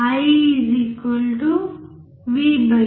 I v R